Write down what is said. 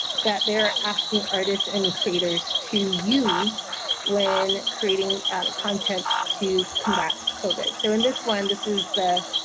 that they're asking artists and creators to use when creating content to combat covid. so in this one, this is the